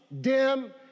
dim